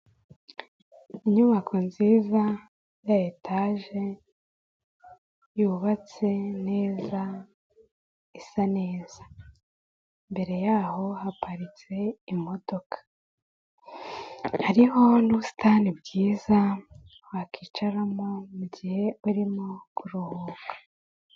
Inyubako nziza ya etaje, yubatse neza, isa neza, imbere yaho haparitse imodoka, hariho n'ubusitani bwiza wakwicaramo mu gihe urimo kuruhuka.